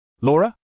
Laura